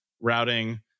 routing